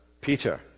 Peter